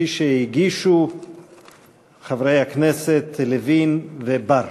כפי שהגישו חברי הכנסת לוין ובר.